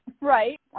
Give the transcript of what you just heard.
Right